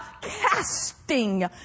casting